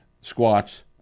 Squats